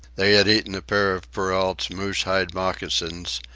they had eaten a pair of perrault's moose-hide moccasins,